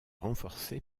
renforcées